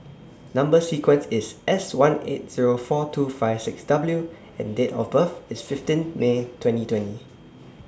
Number sequence IS S one eight Zero four two five six W and Date of birth IS fifteen May twenty twenty